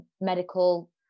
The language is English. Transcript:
medical